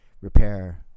repair